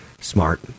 smart